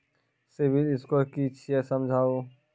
Civil score कि छियै समझाऊ?